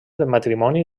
matrimoni